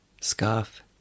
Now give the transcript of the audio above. scarf